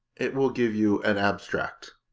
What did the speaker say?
it will give you an abstract.